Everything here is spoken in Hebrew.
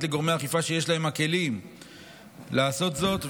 לגורמי אכיפה שיש להם הכלים לעשות זאת,